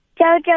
jojo